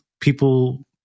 people